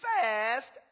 fast